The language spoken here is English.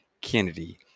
Kennedy